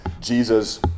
Jesus